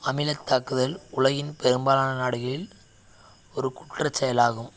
அமிலத் தாக்குதல் உலகின் பெரும்பாலான நாடுகளில் ஒரு குற்றச்செயலாகும்